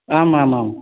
आमामाम्